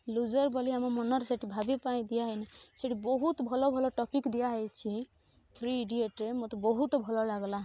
loser ବୋଲି ଆମ ମନରେ ସେଇଠି ଭାବିବା ପାଇଁ ଦିଆହେଇନି ସେଇଠି ବହୁତ ଭଲ ଭଲ ଟପିକ ଦିଆହେଇଛି ଥ୍ରୀ ଇଡ଼ିଏଟରେ ମତେ ବହୁତ ଭଲ ଲାଗିଲା